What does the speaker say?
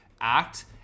act